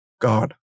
God